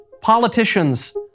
politicians